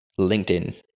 LinkedIn